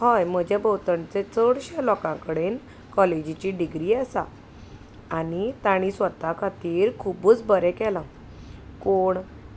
हय म्हज्या भोंवतणचे चडशे लोकां कडेन कॉलेजीची डिग्री आसा आनी तांणी स्वता खातीर खुबूच बरें केलां कोण